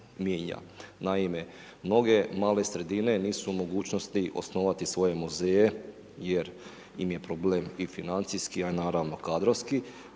Naime, mnoge male sredine nisu u mogućnosti osnovati svoje muzeje jer im je problem i financijski, a naravno kadrovski